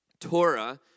Torah